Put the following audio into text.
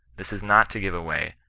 this is not to give way,